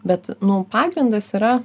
bet nu pagrindas yra